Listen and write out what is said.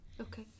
Okay